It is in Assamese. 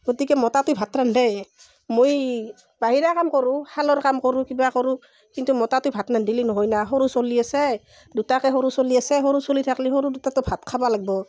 গতিকে মতাটোই ভাত ৰান্ধে মই বাহিৰা কাম কৰোঁ শালৰ কাম কৰোঁ কিবা কৰোঁ কিন্তু মতাটোই ভাত নান্ধলি নহয় না সৰু চলি আছে দুটাকে সৰু চলি আছে সৰু চলি থাকলি সৰু দুটাই ত' ভাত খাবা লাগিব